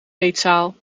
eetzaal